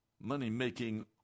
money-making